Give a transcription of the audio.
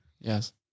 Yes